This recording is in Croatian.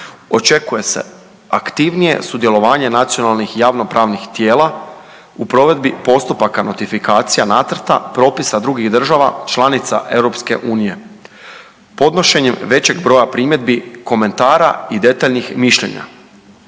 Očekuje se aktivnije sudjelovanje nacionalnih javnopravnih tijela u provedbi postupaka notifikacija nacrta propisa drugih država članica EU. Podnošenjem većeg broja primjedbi, komentara i detaljnih mišljenja